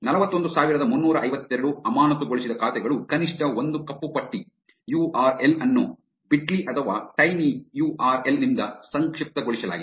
ನಲವತ್ತೊಂದು ಸಾವಿರದ ಮುನ್ನೂರ ಐವತ್ತೆರಡು ಅಮಾನತುಗೊಳಿಸಿದ ಖಾತೆಗಳು ಕನಿಷ್ಠ ಒಂದು ಕಪ್ಪುಪಟ್ಟಿ ಯು ಆರ್ ಎಲ್ ಅನ್ನು ಬಿಟ್ಲಿ ಅಥವಾ ಟೈನಿ ಯು ಆರ್ ಎಲ್ ನಿಂದ ಸಂಕ್ಷಿಪ್ತಗೊಳಿಸಲಾಗಿದೆ